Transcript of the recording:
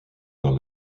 par